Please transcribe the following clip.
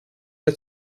ett